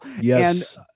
Yes